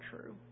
true